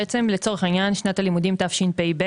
שנת הלימודים תשפ"ב